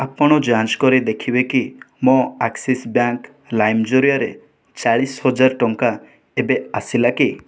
ଆପଣ ଯାଞ୍ଚ କରି ଦେଖିବେକି ମୋ ଆକ୍ସିସ୍ ବ୍ୟାଙ୍କ୍ ଲାଇମ୍ ଜରିଆରେ ଚାଳିଶ ହଜାର ଟଙ୍କା ଏବେ ଆସିଲା କି